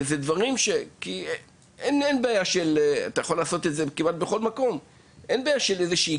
זה גם דברים שאין בנוגע להם איזו בעיה שקשורה לבעלות על